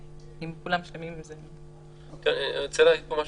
אני רוצה להגיד פה משהו,